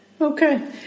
Okay